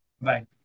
Bye